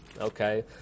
Okay